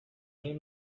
این